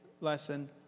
lesson